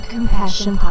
Compassion